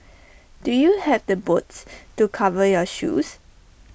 do you have the boots to cover your shoes